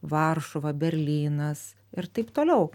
varšuva berlynas ir taip toliau